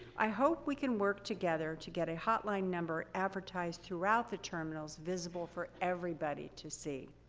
i hope we can work together to get a hotline number advertised throughout the terminals, visible for everybody to see.